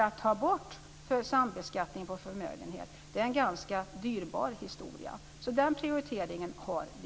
Att ta bort sambeskattningen av förmögenhet är en ganska dyrbar historia. Den prioriteringen har vi.